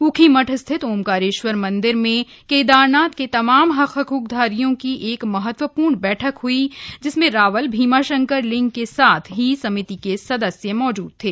उखीमठ स्थित ओमकारेश्वर मंदिर में केदारनाथ के तमाम हक हक्क धारियों की एक महत्वपूर्ण बैठक हुई जिसमें रावल भीमाशंकर लिंग के साथ ही समिति के सदस्य मौजूद थे